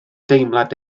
deimlad